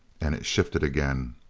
and it shifted again.